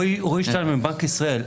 בנק ישראל.